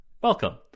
Welcome